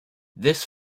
this